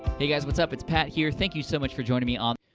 hey, guys, what's up? it's pat, here. thank you so much for joining me on.